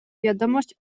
wiadomość